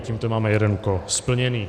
A tímto máme jeden úkol splněný.